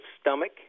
stomach